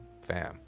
fam